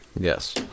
Yes